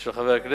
של חברי הכנסת,